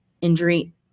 injury